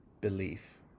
belief